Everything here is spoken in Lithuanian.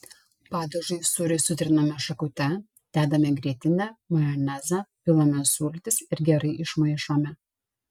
padažui sūrį sutriname šakute dedame grietinę majonezą pilame sultis ir gerai išmaišome